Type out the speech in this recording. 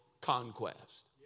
conquest